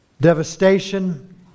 devastation